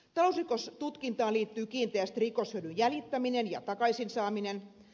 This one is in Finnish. talousrikostutkintaan liittyy kiinteästi rikoshyödyn jäljittäminen ja takaisin saaminen